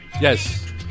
Yes